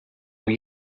were